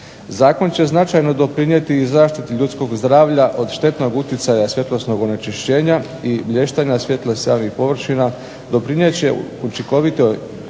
Zakon će značajno doprinijeti i zaštiti ljudskog zdravlja od štetnog utjecaja svjetlosnog onečišćenja i blještanja svjetla samih površina doprinijet će učinkovitijoj